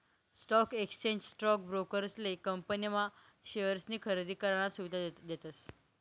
stock exchange stock ब्रोकरेसले company ना शेअर्सनी खरेदी करानी सुविधा देतस